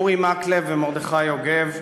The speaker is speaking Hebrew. אורי מקלב ומרדכי יוגב,